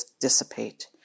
dissipate